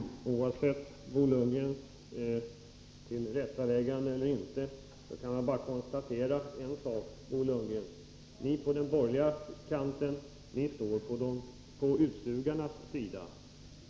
Herr talman! Oavsett om Bo Lundgren nu gjort ett tillrättaläggande eller inte, så kan man bara konstatera, Bo Lundgren, att ni på den borgerliga kanten står på utsugarnas sida.